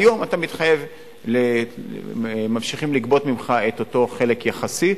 היום ממשיכים לגבות ממך את אותו חלק יחסי,